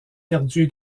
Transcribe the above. perdue